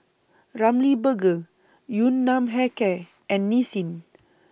Ramly Burger Yun Nam Hair Care and Nissin